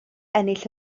ennill